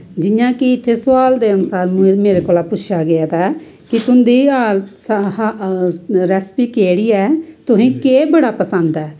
जियां कि सोआल दे अनुसार इत्थें मेरे कोला पुछेआ गेदा ऐ कि तुंदी रैसपी केह्ड़ी ऐ तुसें केह् बड़ा पसंद ऐ